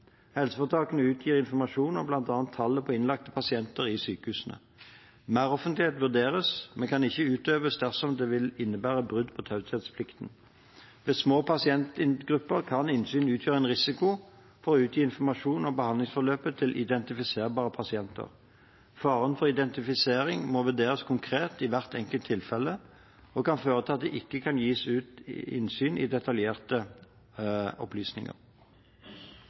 Helseforetakene utgir informasjon om bl.a. tallet på innlagte pasienter i sykehusene. Meroffentlighet vurderes, men kan ikke utøves dersom det vil innebære et brudd på taushetsplikten. Ved små pasientgrupper kan innsyn utgjøre en risiko for å utgi informasjon om behandlingsforløpet til identifiserbare pasienter. Faren for identifisering må vurderes konkret i hvert enkelt tilfelle og kan føre til at det ikke kan gis innsyn i detaljerte opplysninger.